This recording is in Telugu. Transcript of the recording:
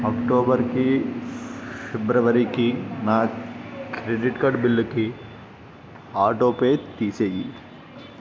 అక్టోబర్కి ఫిబ్రవరికి నా క్రెడిట్ కార్డు బిల్లుకి ఆటోపే తీసేయి